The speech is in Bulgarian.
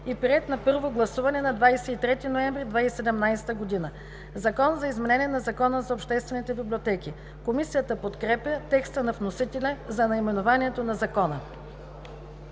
и приет на първо гласуване на 23 ноември 2017 г.“ „Закон за изменение на Закона за обществените библиотеки“. Комисията подкрепя текста на вносителя за наименованието на Закона.